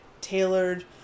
tailored